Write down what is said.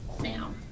now